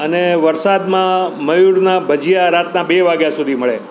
અને વરસાદમાં મયુરના ભજીયા રાતના બે વાગ્યા સુધી મળે